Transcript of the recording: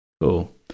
cool